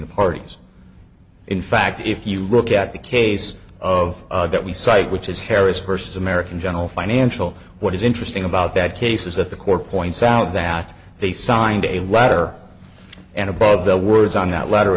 the parties in fact if you look at the case of that we cite which is harry's first american general financial what is interesting about that case is that the corps points out that they signed a letter and above the words on that letter